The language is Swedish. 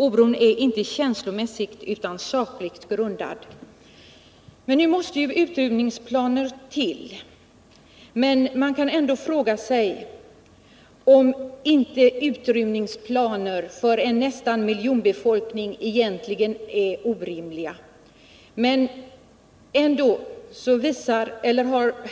Oron är inte känslomässigt utan sakligt grundad. Utrymningsplaner måste till. Men man kan ändå fråga sig om inte utrymningsplaner för en befolkning som uppgår till nästan en miljon egentligen är orimliga. Men